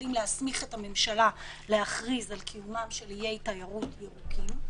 עומדים להסמיך את הממשלה להכריז על קיומם של איי תיירות ירוקים,